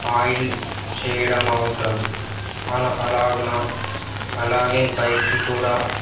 oil చేయడం అవసరం అన అలాగున అలాగే బైక్కి కూడా